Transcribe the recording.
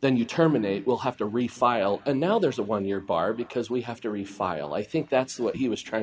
then you terminate will have to refile and now there is a one year bar because we have to refile i think that's what he was trying to